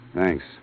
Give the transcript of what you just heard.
Thanks